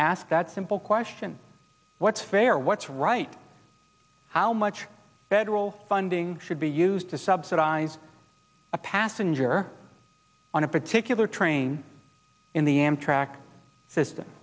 ask that simple question what's fair what's right how much funding should be used to subsidize a passenger on a particular train in the amtrak system